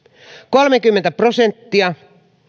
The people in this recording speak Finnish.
kolmekymmentä prosenttia